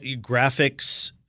graphics –